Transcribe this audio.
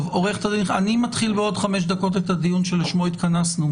אני מתחיל בעוד חמש דקות את הדיון שלשמו התכנסנו,